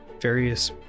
various